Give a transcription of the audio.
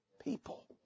people